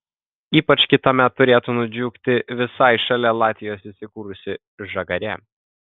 ypač kitąmet turėtų nudžiugti visai šalia latvijos įsikūrusi žagarė